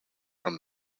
from